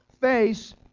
face